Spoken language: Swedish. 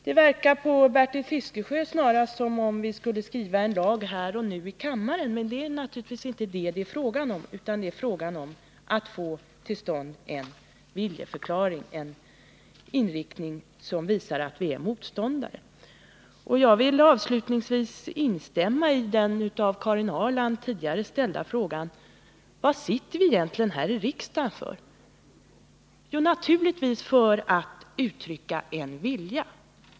Det verkar på Bertil Fiskesjö snarast som om någon föreslagit att vi skall skriva en lag här och nu i kammaren, men det är naturligtvis inte det det är fråga om, utan det är fråga om att få till stånd en viljeförklaring, som visar att vi är motståndare till våldspornografi. Jag vill avslutningsvis instämma i den av Karin Ahrland tidigare ställda frågan: Vad sitter vi egentligen här i riksdagen för? Naturligtvis för att uttrycka en vilja.